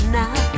now